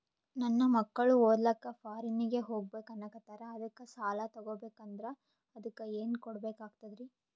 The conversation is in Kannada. ನನ್ನ ಮಕ್ಕಳು ಓದ್ಲಕ್ಕ ಫಾರಿನ್ನಿಗೆ ಹೋಗ್ಬಕ ಅನ್ನಕತ್ತರ, ಅದಕ್ಕ ಸಾಲ ತೊಗೊಬಕಂದ್ರ ಅದಕ್ಕ ಏನ್ ಕೊಡಬೇಕಾಗ್ತದ್ರಿ?